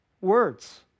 Words